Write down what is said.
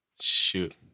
Shoot